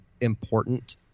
important